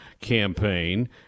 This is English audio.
campaign